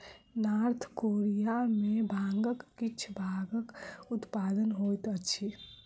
north Korea में भांगक किछ भागक उत्पादन होइत अछि